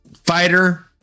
Fighter